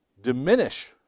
diminish